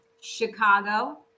Chicago